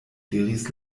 diris